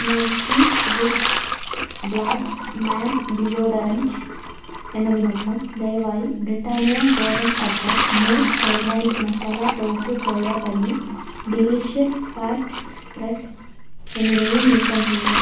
Nike wood blast man deodorant എന്നതിനൊപ്പം ദയവായി Britannia ഗോതമ്പ് അപ്പം mousse organic masala tofu soya paneer delicious fat spread എന്നിവയും നീക്കം ചെയ്യുക